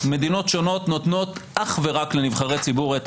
מדינות שונות נותנות אך ורק לנבחרי ציבור את